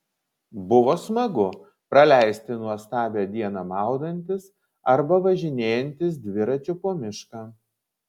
buvo smagu praleisti nuostabią dieną maudantis arba važinėjantis dviračiu po mišką